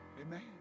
Amen